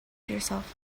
yourself